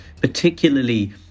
particularly